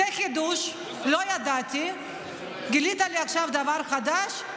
זה חידוש, לא ידעתי, גילית לי עכשיו דבר חדש,